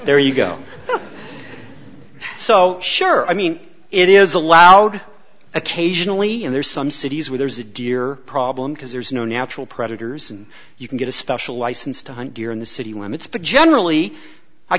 there you go so sure i mean it is allowed occasionally and there's some cities where there's a deer problem because there's no natural predators and you can get a special license to hunt deer in the city limits but generally i